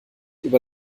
über